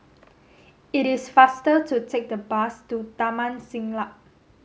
it is faster to take the bus to Taman Siglap